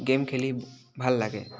game খেলি ভাল লাগে